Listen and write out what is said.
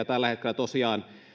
tällä hetkellä tosiaan